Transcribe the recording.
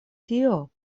tio